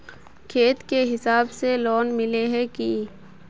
खेत के हिसाब से लोन मिले है की?